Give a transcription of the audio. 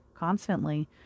constantly